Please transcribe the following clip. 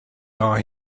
are